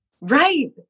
right